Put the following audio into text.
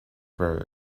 very